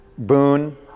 boone